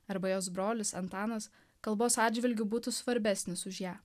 arba jos brolis antanas kalbos atžvilgiu būtų svarbesnis už ją